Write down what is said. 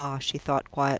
ah, she thought, quietly,